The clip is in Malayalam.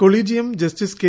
collegium justice K